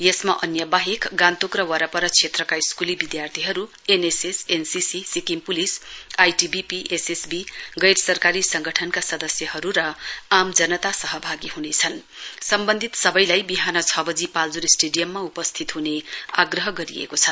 यसमा अन्य बाहेक गान्तोक र वरपर क्षेत्रका स्कूली विधार्थीहरू NSS NCC Sikkim police ITBP SSB गैर सरकारी संगठनका सदस्यहरू र आम जनता सहभागी ह्नेछन सम्बन्धित सबैलाई बिहान छ बजी पाल्जोर स्टेडियममा उपस्थित हुने आग्रह गरिएको छ